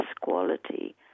quality